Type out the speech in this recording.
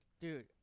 Dude